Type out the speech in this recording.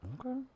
Okay